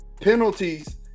Penalties